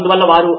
professor సరే